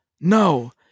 No